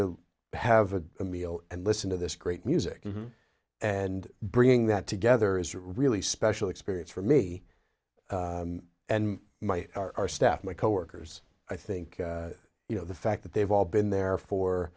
to have a meal and listen to this great music and bringing that together is really special experience for me and my our staff my coworkers i think you know the fact that they've all been there for